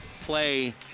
play